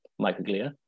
microglia